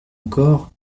encore